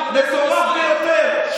גם מטורף ביותר,